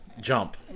jump